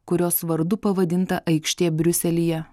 kurios vardu pavadinta aikštė briuselyje